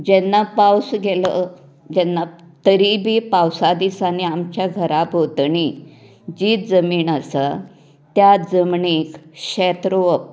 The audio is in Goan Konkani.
जेन्ना पावस गेलो जेन्ना तरी बी पावसा दिसांनी आमच्या घरां भोंवतणी जीजमीन आसा त्या जमनीक शेत रोवप